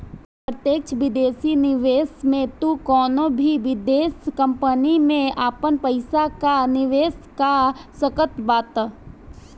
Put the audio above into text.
प्रत्यक्ष विदेशी निवेश में तू कवनो भी विदेश कंपनी में आपन पईसा कअ निवेश कअ सकत बाटअ